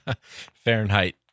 Fahrenheit